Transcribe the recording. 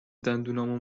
دندونامو